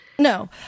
No